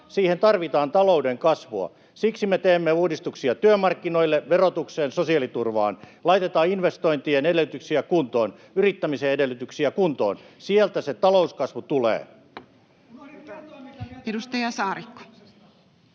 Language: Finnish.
siihen tarvitaan talouden kasvua. Siksi me teemme uudistuksia työmarkkinoille, verotukseen, sosiaaliturvaan. Laitetaan investointien edellytyksiä kuntoon, yrittämisen edellytyksiä kuntoon — sieltä se talouskasvu tulee. Edustaja Saarikko.